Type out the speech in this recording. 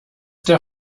der